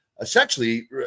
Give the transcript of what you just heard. essentially